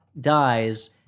dies